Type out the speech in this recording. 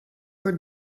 were